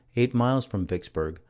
eight miles from vicksburg,